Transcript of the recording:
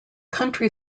country